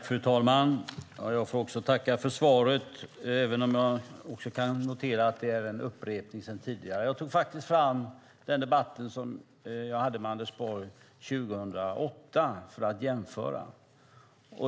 Fru talman! Även jag tackar för svaret, men jag kan också notera att det är en upprepning sedan tidigare. Jag tog faktiskt fram protokollet från den debatt som jag hade med Anders Borg 2008 för att jämföra.